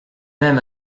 même